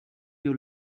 you